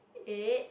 eight